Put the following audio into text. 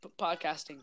podcasting